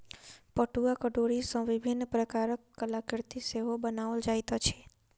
पटुआक डोरी सॅ विभिन्न प्रकारक कलाकृति सेहो बनाओल जाइत अछि